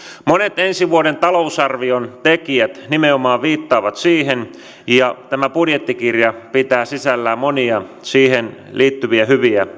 monet ensi vuoden talousarvion tekijät nimenomaan viittaavat siihen ja tämä budjettikirja pitää sisällään monia siihen liittyviä hyviä